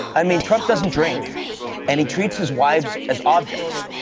i mean, trump doesn't drink and he treats his wives as objects.